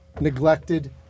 neglected